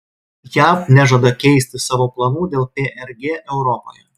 jav nežada keisti savo planų dėl prg europoje